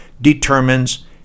determines